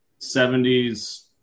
70s